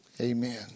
amen